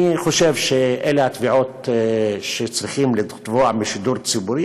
אני חושב שאלה התביעות שצריכים לתבוע משידור ציבורי,